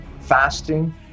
Fasting